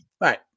right